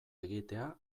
egitea